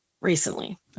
recently